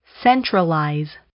Centralize